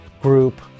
group